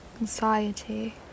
anxiety